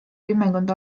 kümmekond